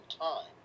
time